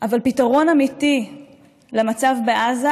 אבל פתרון אמיתי למצב בעזה